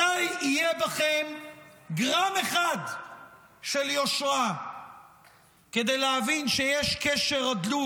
מתי יהיה בכם גרם אחד של יושרה כדי להבין שיש קשר הדוק